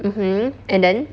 mmhmm and then